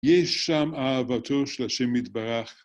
יש שם אהבתו של השם יתברך.